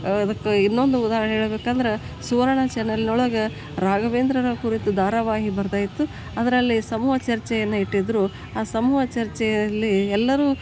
ಅದಕ್ಕೆ ಇನ್ನೊಂದು ಉದಾಹರಣೆ ಹೇಳ್ಬೇಕಂದ್ರೆ ಸುವರ್ಣ ಚಾನಲ್ ಒಳಗೆ ರಾಘವೇಂದ್ರನ ಕುರಿತು ಧಾರಾವಾಹಿ ಬರ್ತಾ ಇತ್ತು ಅದರಲ್ಲಿ ಸಮೂಹ ಚರ್ಚೆಯನ್ನು ಇಟ್ಟಿದ್ದರು ಆ ಸಮೂಹ ಚರ್ಚೆಯಲ್ಲಿ ಎಲ್ಲರೂ